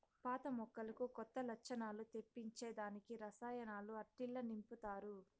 పాత మొక్కలకు కొత్త లచ్చణాలు తెప్పించే దానికి రసాయనాలు ఆట్టిల్ల నింపతారు